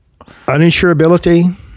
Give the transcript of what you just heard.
uninsurability